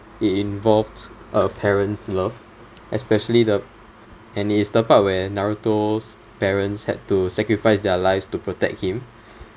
it involves a parent's love especially the and it is the part where naruto's parents had to sacrifice their lives to protect him